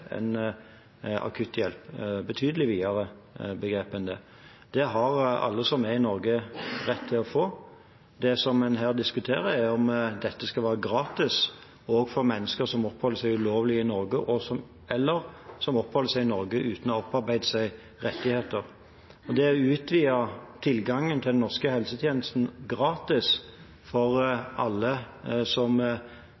Det har alle som er i Norge, rett til å få. Det som en her diskuterer, er om dette skal være gratis også for mennesker som oppholder seg ulovlig i Norge, eller som oppholder seg i Norge uten å ha opparbeidet seg rettigheter. Det å utvide tilgangen til den norske helsetjenesten, gratis, for alle som